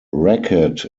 racket